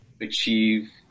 achieve